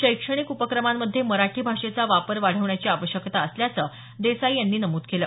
शैक्षणिक उपक्रमांमध्ये मराठी भाषेचा वापर वाढविण्याची आवश्यकता असल्याचं देसाई यांनी नमूद केलं